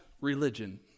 religion